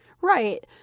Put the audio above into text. Right